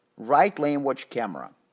right lane watch camera.